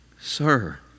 Sir